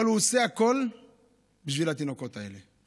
אבל הוא עושה הכול בשביל התינוקות האלה.